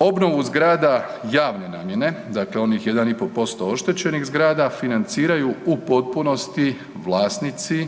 Obnovu zgrada javne namjene dakle onih 1,5% oštećenih zgrada financiraju u potpunosti vlasnici